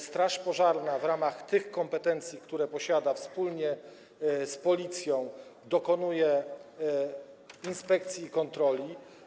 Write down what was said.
Straż pożarna w ramach tych kompetencji, które posiada, wspólnie z Policją dokonuje inspekcji i kontroli.